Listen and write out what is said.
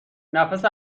نفس